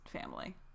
family